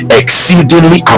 exceedingly